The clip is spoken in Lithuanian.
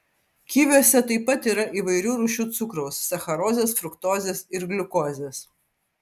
kiviuose taip pat yra įvairių rūšių cukraus sacharozės fruktozės ir gliukozės